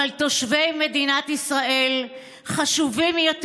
אבל תושבי מדינת ישראל חשובים יותר